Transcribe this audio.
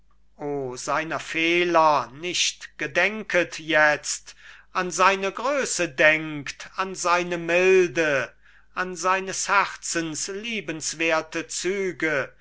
seiner fehler nicht gedenket jetzt an seine größe denkt an seine milde an seines herzens liebenswerte züge